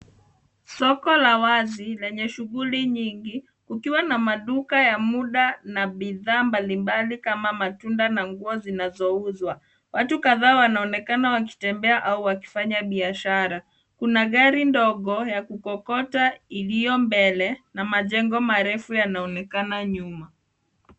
Soko la wazi lenye shughuli nyingi , kukiwa na maduka ya muda na bidhaa mbalimbali kama matunda na nguo zinazouzwa. Watu kadhaa wanaonekana wakitembea au wakifanya biashara. Kuna gari ndogo ya kukokota iliyo mbele na majengo marefu yanaonekana nyuma.